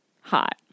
hot